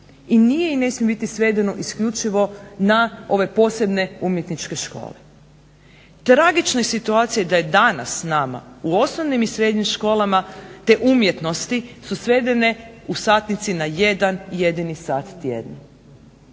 i nije i ne smije biti svedeno isključivo na ove posebne umjetničke škole. Tragična je situacija da je danas s nama u osnovnim i srednjim školama te umjetnosti su svedene u satnici na jedan jedini sat tjedno.